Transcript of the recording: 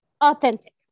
authentic